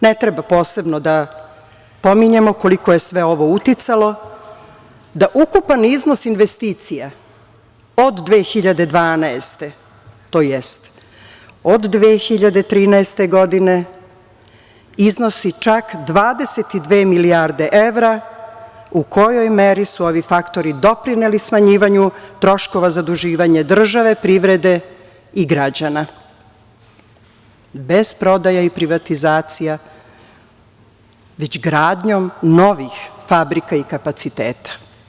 Ne treba posebno da pominjemo koliko je sve ovo uticalo da ukupan iznos investicija od 2012. godine tj. od 2013. godine iznosi čak 22 milijarde evra u kojoj meri su ovi faktori doprineli smanjivanju troškova zaduživanja države, privrede i građana, bez prodaje i privatizacija, već gradnjom novih fabrika i kapaciteta.